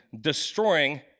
destroying